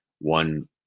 one